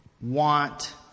want